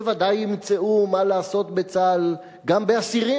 בוודאי ימצאו מה לעשות בצה"ל גם באסירים.